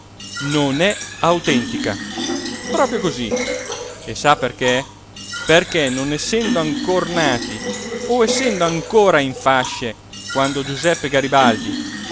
non è autentica proprio cosí e sa perché perché non essendo ancor nati o essendo ancora in fasce quando giuseppe garibaldi